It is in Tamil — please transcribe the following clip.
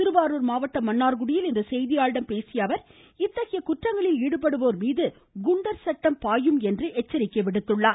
திருவாரூர் மாவட்டம் மன்னார்குடியில் இன்று செய்தியாளர்களிடம் பேசிய அவர் இத்தகைய குற்றங்களில் ஈடுபடுவோர் மீது குண்டர் சட்டம் பாயும் என்று எச்சரித்தார்